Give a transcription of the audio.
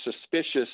suspicious